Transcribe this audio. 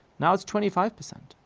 now it's twenty five percent,